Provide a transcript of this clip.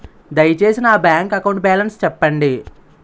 దయచేసి నా bank account balance చెప్పండి